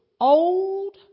old